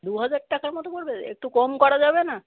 দু হাজার টাকার মতো পড়বে একটু কম করা যাবে না